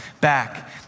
back